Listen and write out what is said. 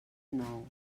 nou